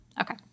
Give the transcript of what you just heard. okay